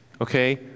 okay